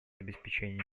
обеспечению